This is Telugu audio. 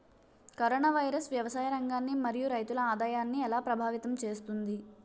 కరోనా వైరస్ వ్యవసాయ రంగాన్ని మరియు రైతుల ఆదాయాన్ని ఎలా ప్రభావితం చేస్తుంది?